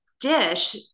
dish